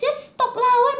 just stop lah why